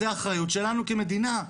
זו אחריות שלנו כמדינה,